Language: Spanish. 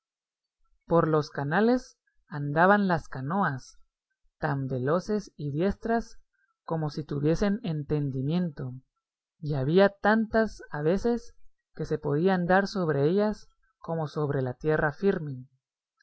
por los canales andaban las canoas tan veloces y diestras como si tuviesen entendimiento y había tantas a veces que se podía andar sobre ellas como sobre la tierra firme